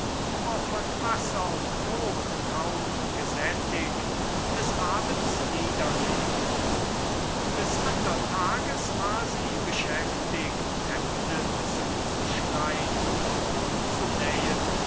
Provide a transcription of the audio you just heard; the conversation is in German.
nur von wasser und brot kaum gesättigt des abends niederlegte des andern tages war sie beschäftigt hemden zuzuschneiden und zu nähen